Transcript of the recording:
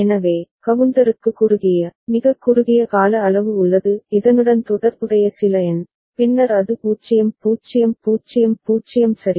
எனவே கவுண்டருக்கு குறுகிய மிகக் குறுகிய கால அளவு உள்ளது இதனுடன் தொடர்புடைய சில எண் பின்னர் அது 0 0 0 0 சரி